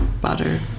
butter